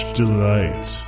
delight